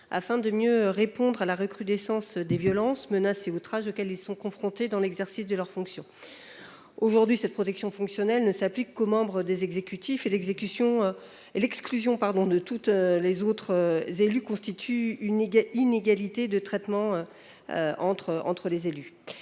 afin de mieux répondre à la recrudescence des violences, menaces et outrages auxquels ils sont confrontés dans l’exercice de leurs fonctions. Aujourd’hui, la protection fonctionnelle ne s’applique qu’aux membres des exécutifs, à l’exclusion de tous les autres élus, ce qui constitue une inégalité de traitement. Le Sénat